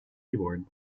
keyboard